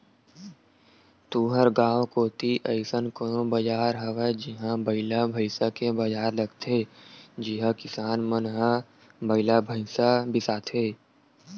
तुँहर गाँव कोती अइसन कोनो बजार हवय जिहां बइला भइसा के बजार लगथे जिहां किसान मन ह बइला भइसा बिसाथे